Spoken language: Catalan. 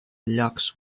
llocs